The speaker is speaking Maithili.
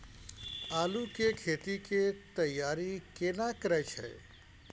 आलू के खेती के तैयारी केना करै छै?